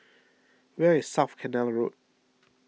where is South Canal Road